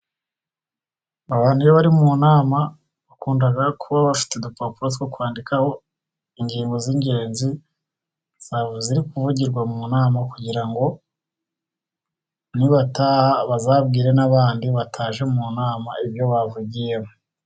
Abantu iyo bari mu nama bakunda kuba bafite udupapuro, two kwandikaho ingingo z' ingenzi ziri kuvugirwa mu nama, kugira ngo nibataha bazabwire n' abandi bataje mu nama ibyo bavugiyemo.